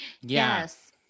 Yes